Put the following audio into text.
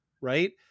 right